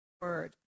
Word